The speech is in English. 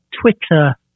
Twitter